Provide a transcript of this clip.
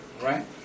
Right